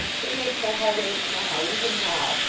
it makes my heart ache now, even now,